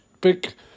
pick